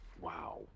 wow